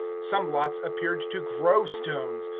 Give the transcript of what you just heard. some lots appeared to grow stones,